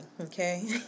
okay